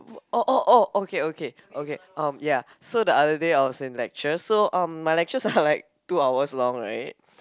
w~ oh oh oh okay okay okay um ya so that day I was in lecture so um my lectures are like two hours long right